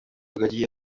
rugagi